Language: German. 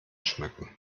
schmücken